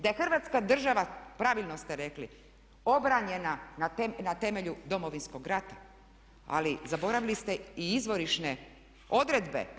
Da je Hrvatska država pravilno ste rekli obranjena na temelju Domovinskog rata, ali zaboravili ste i izvorišne odredbe.